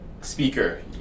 speaker